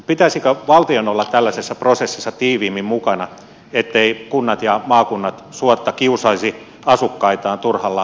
pitäisikö valtion olla tällaisessa prosessissa tiiviimmin mukana etteivät kunnat ja maakunnat suotta kiusaisi asukkaitaan turhalla maakuntakaavoituksella